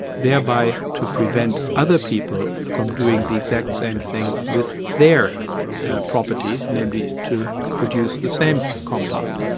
thereby to prevent other people from doing the exact same thing with their property, namely to produce the same compound.